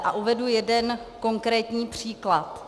A uvedu jeden konkrétní příklad.